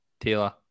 Taylor